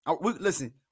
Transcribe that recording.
Listen